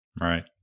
right